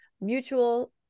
mutual